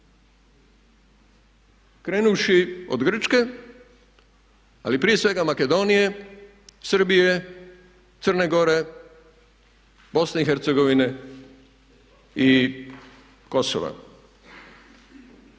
Krenuvši od Grčke, ali prije svega Makedonije, Srbije, Crne Gore, Bosne i Hercegovine i Kosova.